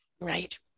Right